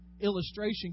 illustration